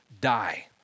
die